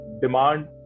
demand